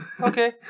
Okay